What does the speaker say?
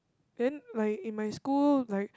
then like in my school like